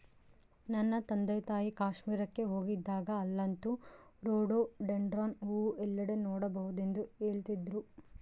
ನನ್ನ ತಂದೆತಾಯಿ ಕಾಶ್ಮೀರಕ್ಕೆ ಹೋಗಿದ್ದಾಗ ಅಲ್ಲಂತೂ ರೋಡೋಡೆಂಡ್ರಾನ್ ಹೂವು ಎಲ್ಲೆಡೆ ನೋಡಬಹುದೆಂದು ಹೇಳ್ತಿದ್ರು